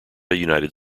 united